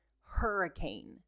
hurricane